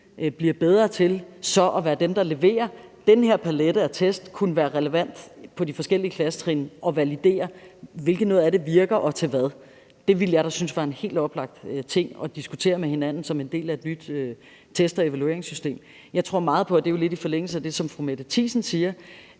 bliver bedre til at være dem, der leverer en palet af test, der kunne være relevante på de forskellige klassetrin, og validerer, hvad for noget af det, der virker, og til hvad. Det ville jeg da synes var en helt oplagt ting at diskutere med hinanden som en del af et nyt test- og evalueringssystem. Jeg tror meget på – og det er jo lidt i forlængelse af det, som fru Mette Thiesen siger